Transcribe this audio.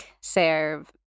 serve